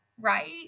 right